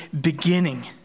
beginning